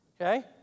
Okay